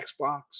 Xbox